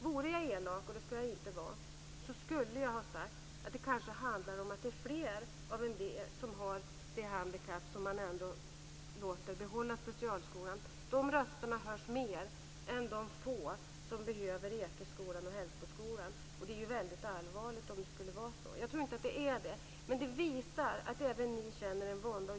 Vore jag elak - det ska jag inte vara - skulle jag ha sagt att det kanske handlar om att de som till antalet är fler och som har det handikappet ändå får behålla sin specialskola. De rösterna hörs mer än de få som behöver Ekeskolan eller Hällsboskolan. Det är väldigt allvarligt om det skulle vara så, men jag tror inte att det är så. Men det visar att även ni känner en vånda.